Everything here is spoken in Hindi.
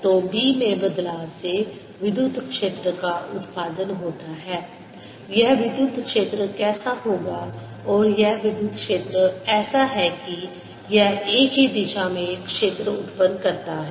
तो B में बदलाव से विद्युत क्षेत्र का उत्पादन होता है यह विद्युत क्षेत्र कैसा होगा और यह विद्युत क्षेत्र ऐसा है कि यह एक ही दिशा में क्षेत्र उत्पन्न करता है